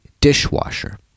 dishwasher